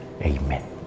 Amen